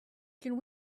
can